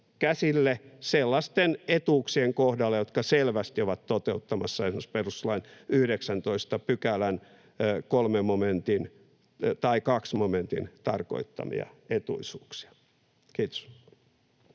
käsille sellaisten etuuksien kohdalla, jotka selvästi ovat toteuttamassa esimerkiksi perustuslain 19 §:n 3 momentin tai 2 momentin tarkoittamia etuisuuksia. — Kiitos.